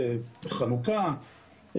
בחנוכה,